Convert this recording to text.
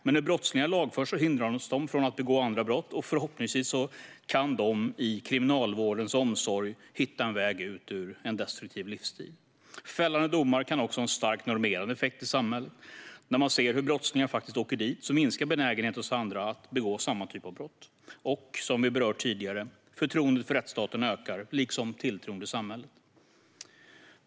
Men när brottslingar lagförs hindras de från att begå andra brott, och förhoppningsvis kan de i kriminalvårdens omsorg hitta en väg ut ur en destruktiv livsstil. Fällande domar kan också ha en starkt normerande effekt i samhället. När man ser att brottslingar faktiskt åker dit minskar benägenheten hos andra att begå samma typ av brott. Som vi berört tidigare ökar också förtroendet för rättsstaten, liksom tilltron till samhället.